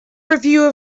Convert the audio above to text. review